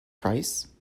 price